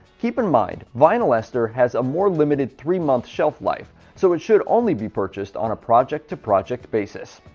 keep in mind vinyl ester has a more limited, three-month shelf life so it should only be purchased on a project-to-project basis.